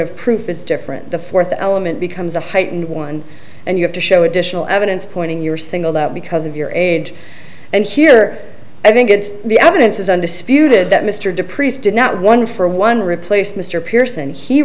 of proof is different the fourth element becomes a heightened one and you have to show additional evidence pointing your singled out because of your age and here i think it's the evidence is undisputed that mr de priest did not one for one replace mr p